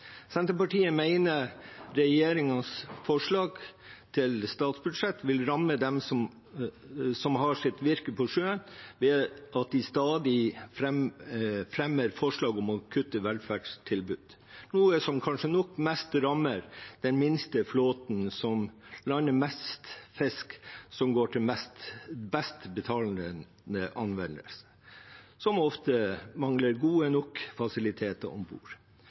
Senterpartiet mener regjeringens forslag til statsbudsjett vil ramme dem som har sitt virke på sjøen, ved at de stadig fremmer forslag om å kutte velferdstilbud, noe som nok kanskje mest rammer den minste flåten, som lander mest fisk som går til best betalende anvendelse, og som ofte mangler gode nok fasiliteter om bord.